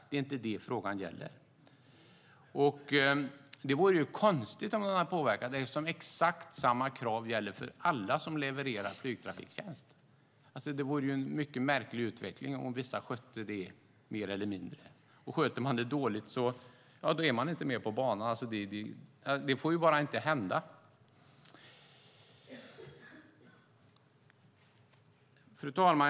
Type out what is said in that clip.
Det är inte vad frågan gäller. Det vore ju konstigt om den hade påverkats, eftersom exakt samma krav gäller för alla som levererar flygtrafik. Det vore en mycket märklig utveckling om vissa skötte det mer och andra mindre. Sköter man det dåligt är man inte med på banan. Det får bara inte hända. Fru talman!